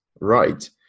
right